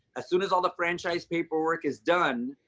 as soon as all the franchise paperwork is done,